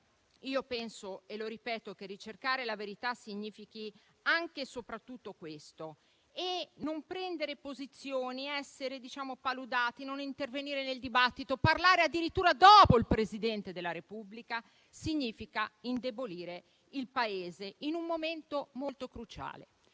che a mio parere cercare la verità significa anche e soprattutto questo e che non prendere posizione, essere paludati, non intervenire nel dibattito, parlare addirittura dopo il Presidente della Repubblica significa indebolire il Paese in un momento molto cruciale,